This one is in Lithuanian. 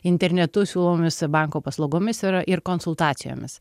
internetu siūlomomis banko paslaugomis ir ir konsultacijomis